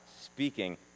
speaking